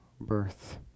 birth